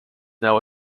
now